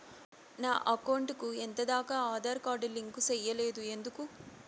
నా అకౌంట్ కు ఎంత దాకా ఆధార్ కార్డు లింకు సేయలేదు ఎందుకు